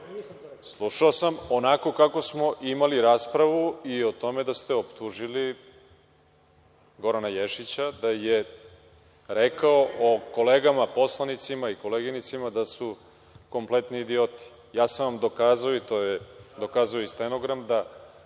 Slušao sam onako kako smo imali raspravu i o tome da ste optužili Gorana Ješića da je rekao o kolegama poslanicima i koleginicama da su kompletni idioti. Ja sam vam dokazao i dokazao je i stenogram da